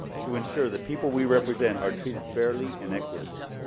to ensure the people we represent are treated fairly and equitable.